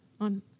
on